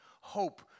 hope